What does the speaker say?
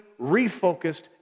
refocused